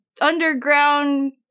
underground